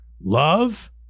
love